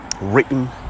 written